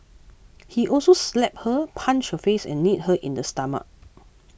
he also slapped her punched her face and kneed her in the stomach